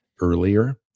earlier